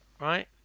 right